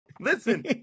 Listen